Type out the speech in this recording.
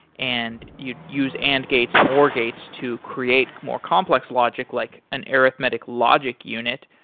and you use and gates and or gates to create more complex logic like an arithmetic logic unit,